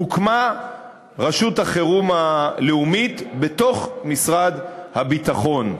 הוקמה רשות החירום הלאומית בתוך משרד הביטחון.